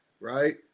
right